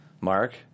Mark